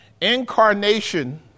incarnation